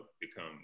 become